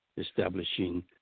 establishing